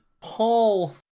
Paul